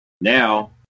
now